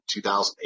2008